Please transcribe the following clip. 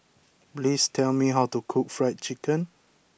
please tell me how to cook Fried Chicken